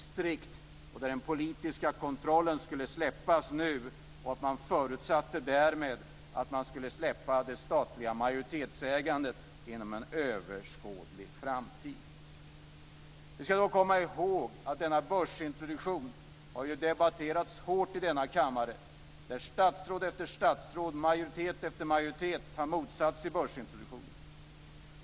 Detta förutsätter att den politiska kontrollen nu skulle släppas och att det statliga majoritetsägandet skulle överges inom en överskådlig framtid. Vi ska komma ihåg att denna börsintroduktion har debatterats hårt i denna kammare. Statsråd efter statsråd och majoritet efter majoritet har motsatt sig börsintroduktionen.